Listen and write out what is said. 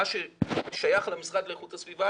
מה ששייך למשרד לאיכות הסביבה,